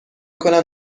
کنم